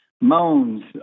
moans